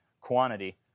quantity